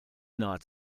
not